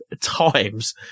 times